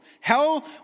Hell